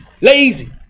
Lazy